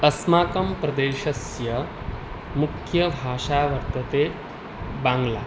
अस्माकं प्रदेशस्य मुख्यभाषा वर्तते बाङ्ग्ला